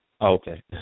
Okay